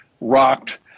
rocked